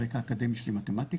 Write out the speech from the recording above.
הרקע האקדמי שלי הוא מתמטיקה.